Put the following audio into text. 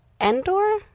Endor